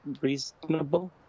reasonable